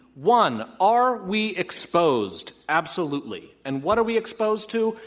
one, are we exposed? absolutely. and what are we exposed to?